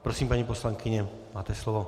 Prosím, paní poslankyně, máte slovo.